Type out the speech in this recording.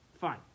Fine